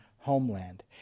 homeland